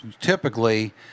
typically